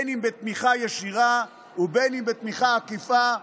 אם בתמיכה ישירה ואם בתמיכה עקיפה,